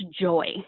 joy